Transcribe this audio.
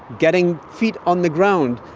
getting feet on the ground.